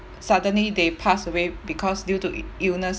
suddenly they pass away because due to illnesses